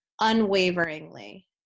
unwaveringly